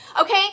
okay